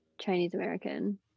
Chinese-American